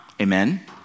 Amen